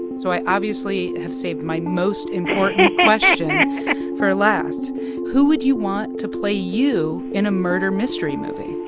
so i obviously have saved my most important question for last who would you want to play you in a murder mystery movie?